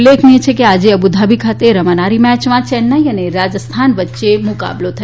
ઉલ્લેખનિય છે કે આજે અબુધાબી ખાતે રમાનારી મેચમાં ચેન્નાઈ અને રાજસ્થાન વચ્યે મુકાબલો થશે